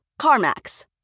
CarMax